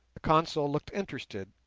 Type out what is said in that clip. the consul looked interested,